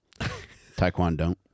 Taekwondo